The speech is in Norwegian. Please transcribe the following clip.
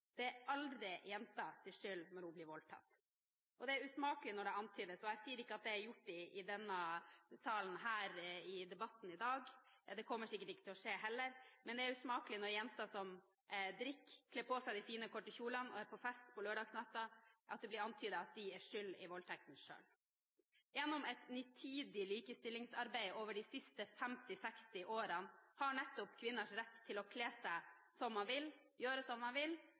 Det er aldri jentas skyld at hun blir voldtatt. Det er usmakelig når det antydes – jeg sier ikke at det er blitt gjort i debatten i denne salen i dag, det kommer sikkert heller ikke til å skje – at jenter som drikker, kler på seg de fine, korte kjolene og er på fest lørdagsnatten, selv er skyld i voldtekten. Gjennom et nitid likestillingsarbeid over de siste 50–60 årene har nettopp kvinners rett til å kle seg som de vil, gjøre som de vil,